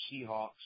Seahawks